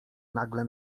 nagle